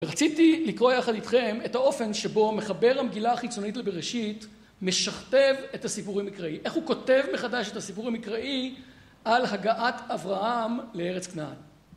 רציתי לקרוא יחד איתכם את האופן שבו מחבר המגילה החיצונית לבראשית, משכתב את הסיפור המקראי, איך הוא כותב מחדש את הסיפור המקראי, על הגעת אברהם לארץ כנען.